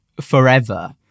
forever